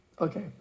Okay